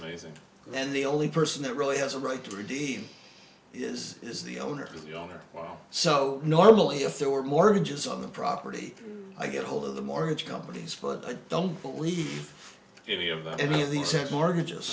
amazing and the only person that really has a right to redeem is is the owner the owner well so normally if there were mortgages on the property i get hold of the mortgage companies but i don't believe any of that any of these have mortgages